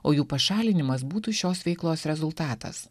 o jų pašalinimas būtų šios veiklos rezultatas